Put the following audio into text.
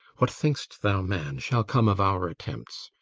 what think'st thou, man, shall come of our attempts?